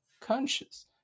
conscious